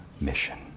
mission